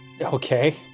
okay